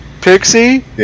Pixie